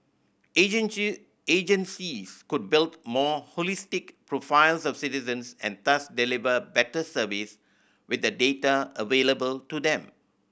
agencies could build more holistic profiles of citizens and thus deliver better service with the data available to them